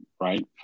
Right